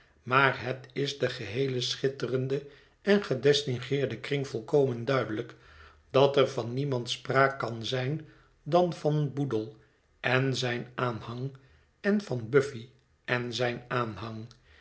maar het is den geheelen schitterenden en gedistingueerden kring volkomen duidelijk dat er van niemand spraak kan zijn dan van boodle en zijn aanhang en van buffy en zijn aanhang